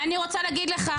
אני רוצה להגיד לך,